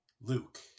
Luke